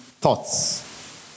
thoughts